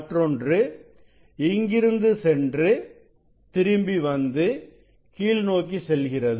மற்றொன்று இங்கிருந்து சென்று திரும்பிவந்து கீழ்நோக்கி செல்கிறது